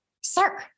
sir